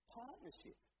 partnership